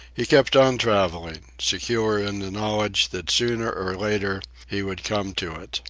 he kept on travelling, secure in the knowledge that sooner or later he would come to it.